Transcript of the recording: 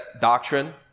doctrine